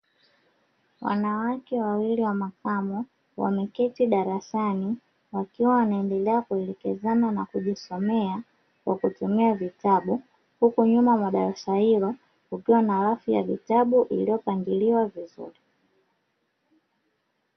Wanawake wawili wa makamo wameketi darasani, wakiwa wanaendelea kuelekezana na kujisomea, wakitumia vitabu huku nyuma madarasa hilo ukiwa na afyabu iliyopangiliwa vizuri.